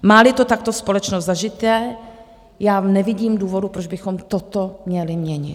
Máli to takto společnost zažité, nevidím důvodu, proč bychom toto měli měnit.